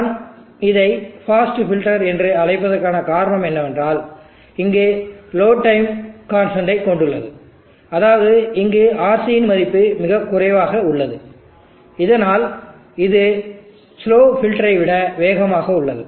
நான் இதை fast filter என்று அழைப்பதற்கான காரணம் என்னவென்றால் இங்கு லோ டைம் கான்ஸ்டன்டை கொண்டுள்ளது அதாவது இங்கு RC இன் மதிப்பு மிக குறைவாக உள்ளது இதனால் இது ஸ்லோ பில்டரை விட வேகமாக உள்ளது